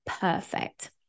Perfect